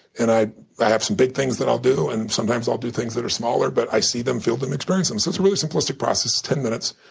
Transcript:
and i have some big things that i'll do, and sometimes i'll do things that are smaller. but i see them, feel them, experience them. so it's a really simplistic process, ten minutes.